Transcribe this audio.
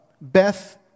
Beth